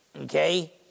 Okay